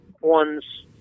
one's